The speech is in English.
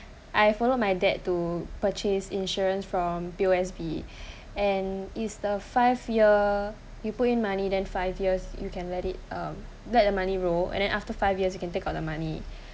I followed my dad to purchase insurance from P_O_S_B and it's the five year you put in money then five years you can let it um let the money roll and then after five years you can take out the money